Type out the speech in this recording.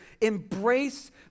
embrace